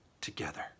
together